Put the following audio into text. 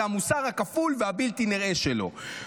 זה המוסר הכפול והבלתי-נראה שלו.